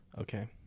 Okay